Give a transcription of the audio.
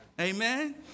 Amen